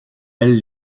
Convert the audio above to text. elles